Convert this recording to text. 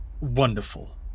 wonderful